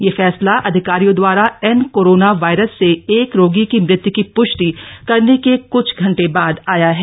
यह फैसला अधिकारियों द्वारा एन कोरोना वायरस से एक रोगी की मृत्यु की पुष्टि करने के कुछ घंटे बाद आया है